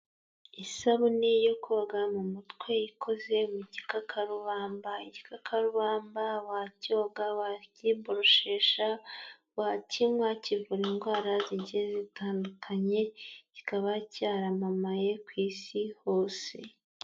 Isabune yo koga mu mutwe ikoze mu gikakarubamba, igikakarubamba wacyoga, wakiboroshesha, wakinywa, kivura indwara zigiye zitandukanye, kikaba cyaramamaye ku isi hose.